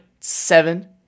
seven